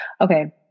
okay